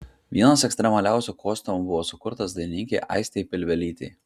vienas ekstremaliausių kostiumų buvo sukurtas dainininkei aistei pilvelytei